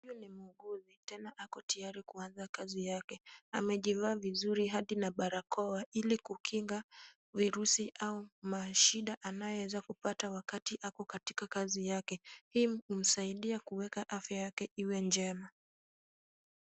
Huyu ni muuguzi tena ako tayari kuanza kazi yake. Amejivaa vizuri hadi na barakoa ili kuweza kukinga virusi au mashida anayoweza kupata wakati ako katika kazi yake. Hii humsaidia kuweka hali yake iwe njema.